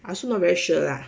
I also not very sure lah